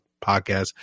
podcast